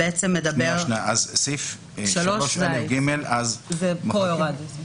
שמדבר --- אז סעיף 3(א) --- הורדנו חלק